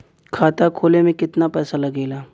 खाता खोले में कितना पैसा लगेला?